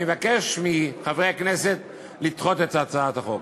אני מבקש מחברי הכנסת לדחות את הצעת החוק.